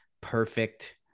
Perfect